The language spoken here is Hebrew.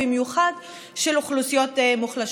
במיוחד של אוכלוסיות מוחלשות.